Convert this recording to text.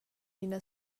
ina